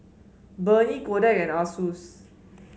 Burnie Kodak and Asus